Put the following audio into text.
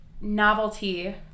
novelty